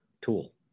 tool